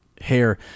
hair